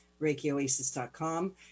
reikioasis.com